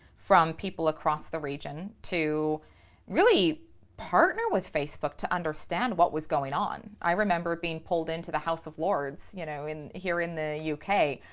from people across the region to really partner with facebook to understand what was going on. i remember being pulled into the house of lords you know here in the u k.